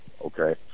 Okay